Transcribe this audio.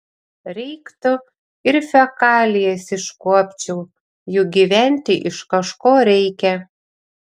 reiktų ir fekalijas iškuopčiau juk gyventi iš kažko reikia